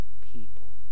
people